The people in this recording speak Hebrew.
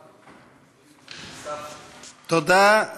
תודה.